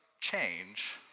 change